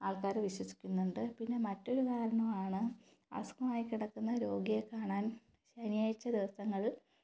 ആൾക്കാർ വിശ്വസിക്കുന്നുണ്ട് പിന്നെ മറ്റൊരു കാരണമാണ് അസുഖമായി കിടക്കുന്ന രോഗിയെ കാണാൻ ശനിയാഴ്ച ദിവസങ്ങളിൽ